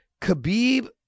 khabib